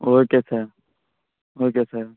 okay sir okay sir